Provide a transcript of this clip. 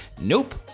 Nope